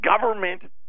government